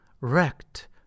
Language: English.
Wrecked